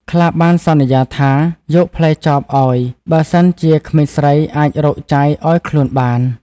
ខ្លាបានសន្យាថាយកផ្លែចបឲ្យ បើសិនជាក្មេងស្រីអាចរកចៃឲ្យខ្លួនបាន។